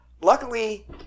Luckily